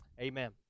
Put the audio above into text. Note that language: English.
Amen